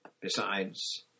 Besides